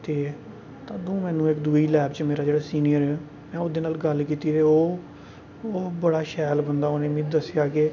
तदूं लैब च मेरा जेह्ड़ा सीनियर हा में उं'दे नाल गल्ल कीती ते ओह् बड़ा शैल बंदा उ'नें मी दस्सेआ के